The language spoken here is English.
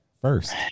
first